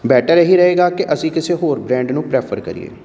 better ਇਹ ਹੀ ਰਹੇਗਾ ਕਿ ਅਸੀਂ ਕਿਸੇ ਹੋਰ ਬ੍ਰੈਂਡ ਨੂੰ ਪ੍ਰੈਫਰ ਕਰੀਏ